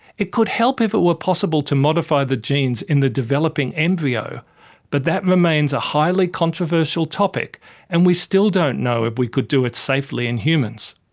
it could help if it were possible to modify the genes in the developing embryo but that remains a highly controversial topic and we still don't know if we could do it safely in humans.